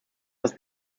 dass